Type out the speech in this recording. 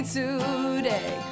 today